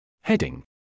Heading